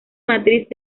matriz